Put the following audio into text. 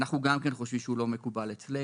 אנחנו גם כן חושבים שהוא לא מקובל אצלנו.